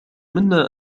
منا